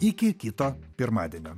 iki kito pirmadienio